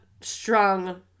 strong